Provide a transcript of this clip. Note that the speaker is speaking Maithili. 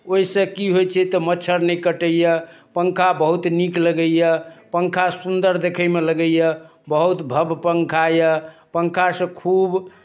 ओहिसँ की होइ छै तऽ मच्छर नहि कटैए पङ्खा बहुत नीक लगैए पङ्खा सुन्दर देखयमे लगैए बहुत भव्य पङ्खा यए पङ्खासँ खूब